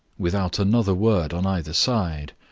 without another word on either side,